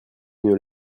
une